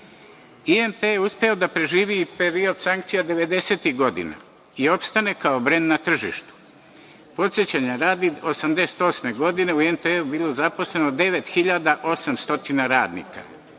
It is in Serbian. IMT je uspeo da preživi i period sankcija 90-ih godina i opstane kao brend na tržištu. Podsećanja radi, 1988. godine u IMT-u je bilo zaposleno 9800 radnika,